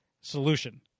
Solution